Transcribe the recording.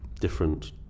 different